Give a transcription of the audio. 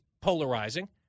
polarizing